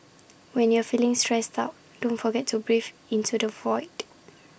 when you are feeling stressed out don't forget to breathe into the void